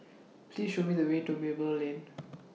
Please Show Me The Way to Merlimau Lane